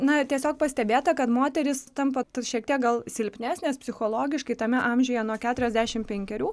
na ir tiesiog pastebėta kad moterys tampa šiek tiek gal silpnesnės psichologiškai tame amžiuje nuo keturiasdešim penkerių